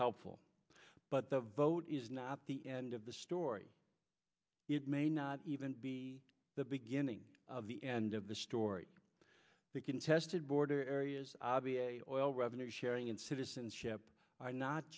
helpful but the vote is not the end of the story it may not even be the beginning of the end of the story the contested border areas obviate oil revenue sharing and citizenship are not